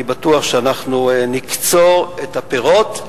אני בטוח שאנחנו נקצור את הפירות,